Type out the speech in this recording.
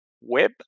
Web